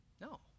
No